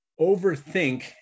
overthink